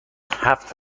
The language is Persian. هفت